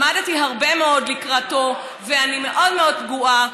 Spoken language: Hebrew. למדתי הרבה מאוד לקראתו, ואני מאוד מאוד פגועה.